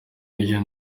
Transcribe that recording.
iyo